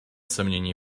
сомнений